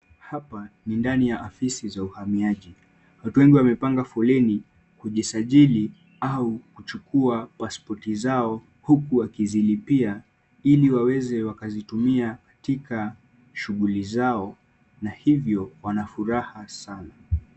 Hapa, ni ndani ya ofisi za uhamiaji. Watu wengi wame panga foleni kujisajili au kuchukua pasipoti zao huku wakizilipia ili waweze wakazitumia katika shughuli zao na hivyo wana furaha sana.